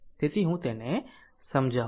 તેથી હું તેને સમજાવું